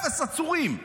אפס עצורים,